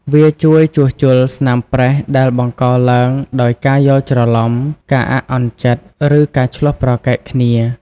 វាជួយជួសជុលស្នាមប្រេះដែលបង្កឡើងដោយការយល់ច្រឡំ ការអាក់អន់ចិត្ត ឬការឈ្លោះប្រកែកគ្នា។